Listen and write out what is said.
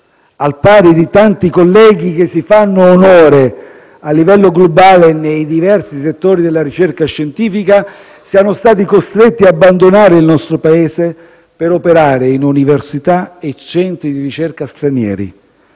al pari di tanti colleghi che si fanno onore a livello globale nei diversi settori della ricerca scientifica, siano stati costretti ad abbandonare il nostro Paese per operare in università e centri di ricerca stranieri.